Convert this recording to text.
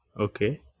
Okay